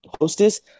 Hostess